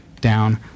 down